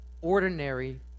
ordinary